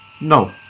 no